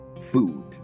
food